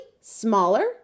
smaller